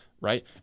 Right